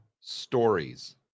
stories